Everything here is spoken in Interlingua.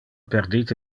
perdite